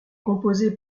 composée